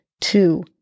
two